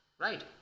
right